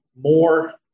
more